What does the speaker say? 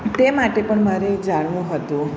તે માટે પણ મારે જાણવું હતું